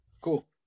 Cool